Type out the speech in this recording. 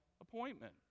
appointment